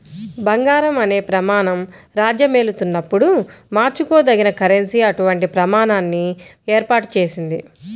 బంగారం అనే ప్రమాణం రాజ్యమేలుతున్నప్పుడు మార్చుకోదగిన కరెన్సీ అటువంటి ప్రమాణాన్ని ఏర్పాటు చేసింది